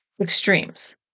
extremes